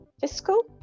fiscal